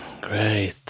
Great